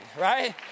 right